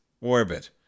orbit